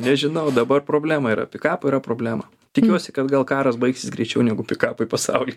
nežinau dabar problema yra pikapų yra problema tikiuosi kad gal karas baigsis greičiau negu pikapai pasauly